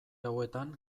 hauetan